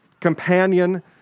companion